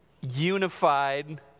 unified